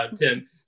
Tim